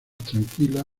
tranquila